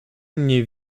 mniej